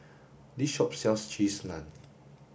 this shop sells cheese naan